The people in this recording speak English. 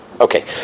Okay